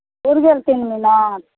पुरि गेल तीन मिनट